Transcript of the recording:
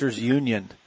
Union